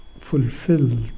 fulfilled